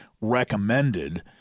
recommended